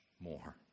more